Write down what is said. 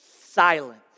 Silence